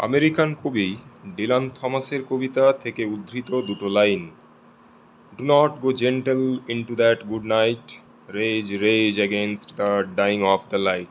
American কবি Dylan থমাসের কবিতা থেকে উদ্ধৃত দুটো line do not go gentle into that good night rage rage against the dying of the light